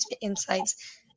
Insights